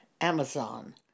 Amazon